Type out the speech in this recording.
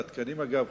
ואגב,